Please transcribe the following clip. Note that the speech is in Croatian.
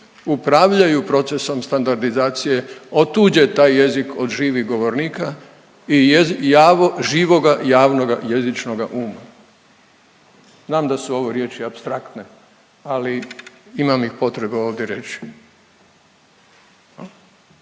upravljaju procesom standardizacije, otuđe taj jezik od živih govornika i živoga javnoga jezičnoga uma. Znam da su ovo riječi apstraktne ali imam ih potrebu ovdje reći.